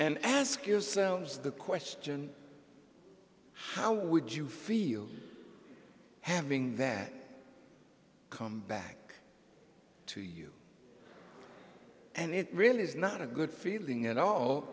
and ask yourselves the question how would you feel having that come back to you and it really is not a good feeling at all